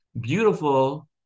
beautiful